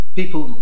people